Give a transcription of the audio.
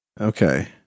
Okay